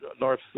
North